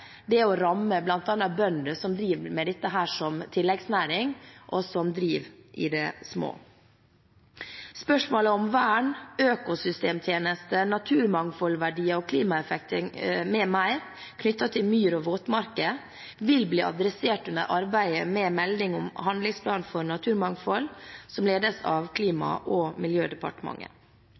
meningen å ramme bl.a. bønder som driver med dette som tilleggsnæring, og som driver i det små. Spørsmålene om vern, økosystemtjenester, naturmangfoldverdier og klimaeffekter m.m. knyttet til myr og våtmarker vil bli tatt tak i under arbeidet med meldingen om handlingsplan for naturmangfold, som ledes av